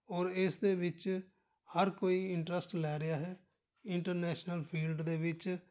ਔਰ ਇਸ ਦੇ ਵਿੱਚ ਹਰ ਕੋਈ ਇੰਟਰਸਟ ਲੈ ਰਿਹਾ ਹੈ ਇੰਟਰਨੈਸ਼ਨਲ ਫੀਲਡ ਦੇ ਵਿੱਚ